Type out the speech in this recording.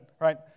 right